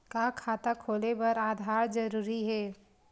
का खाता खोले बर आधार जरूरी हे?